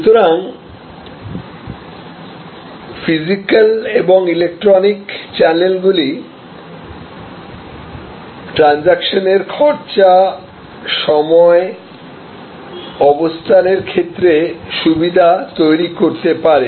সুতরাং ফিজিক্যাল এবং ইলেকট্রনিক চ্যানেলগুলি ট্রানজেকশনের খরচা সময় অবস্থান এর ক্ষেত্রে সুবিধা তৈরি করতে পারে